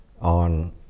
on